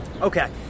Okay